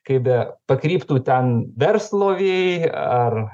kaip be pakryptų ten verslo vėjai ar